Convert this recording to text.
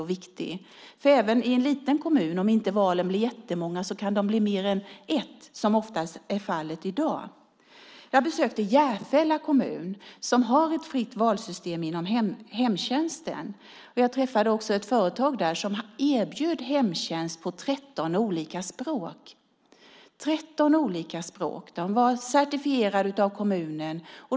Även om alternativen i en liten kommun inte blir jättemånga kan de bli fler än ett, som oftast är fallet i dag. Jag besökte Järfälla kommun som har ett fritt-val-system inom hemtjänsten. Jag träffade också ett företag där som erbjuder hemtjänst på 13 olika språk! De var certifierade av kommunen.